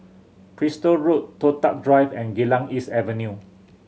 Bristol Road Toh Tuck Drive and Geylang East Avenue